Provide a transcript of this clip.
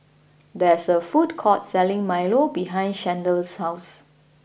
there is a food court selling Milo behind Chandler's house